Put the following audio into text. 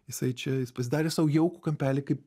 jisai čia jis pasidarė sau jaukų kampelį kaip